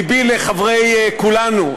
לבי לחברי כולנו,